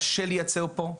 קשה לייצר פה,